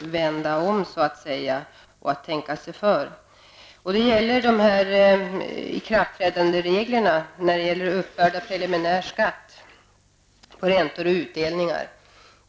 vända och tänka sig för. Det gäller ikraftträdandet av reglerna för uppbörd av preliminär skatt på räntor och utdelningar.